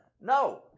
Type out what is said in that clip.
No